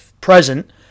present